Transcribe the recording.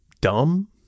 dumb